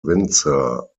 windsor